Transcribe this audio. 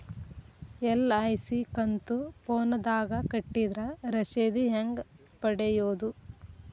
LIC ಕಂತು ಫೋನದಾಗ ಕಟ್ಟಿದ್ರ ರಶೇದಿ ಹೆಂಗ್ ಪಡೆಯೋದು?